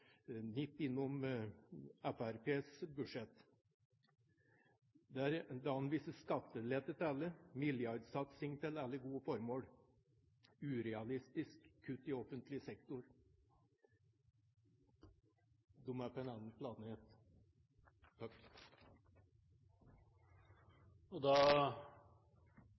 nipp innom Fremskrittspartiets budsjett. Det anvises skattelette til alle, milliardsatsing til alle gode formål og urealistiske kutt i offentlige sektor. De er på en annen planet.